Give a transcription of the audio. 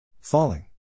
Falling